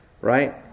right